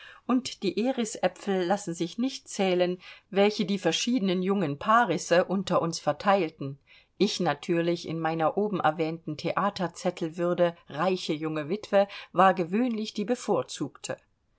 und die erisäpfel lassen sich nicht zählen welche die verschiedenen jungen parisse unter uns verteilten ich natürlich in meiner oben erwähnten theaterzettelwürde reiche junge witwe war gewöhnlich die bevorzugte